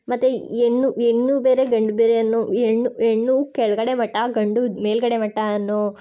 ಮತ್ತು ಹೆಣ್ಣು ಹೆಣ್ಣು ಬೇರೆ ಗಂಡು ಬೇರೆ ಅನ್ನೋ ಹೆಣ್ಣು ಹೆಣ್ಣು ಕೆಳಗಡೆ ಮಟ್ಟ ಗಂಡು ಮೇಲುಗಡೆ ಮಟ್ಟ ಅನ್ನೋ